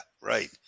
right